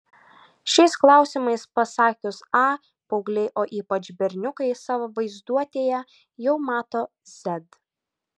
šiais klausimais pasakius a paaugliai o ypač berniukai savo vaizduotėje jau mato z